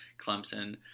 Clemson